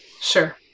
Sure